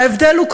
ההבדל הוא,